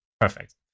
Perfect